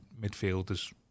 midfielders